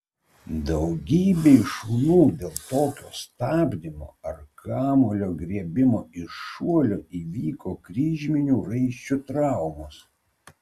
daugybei šunų dėl tokio stabdymo ar kamuolio griebimo iš šuolio įvyko kryžminių raiščių traumos